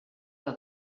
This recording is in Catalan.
que